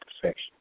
perfection